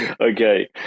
Okay